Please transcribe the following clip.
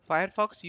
Firefox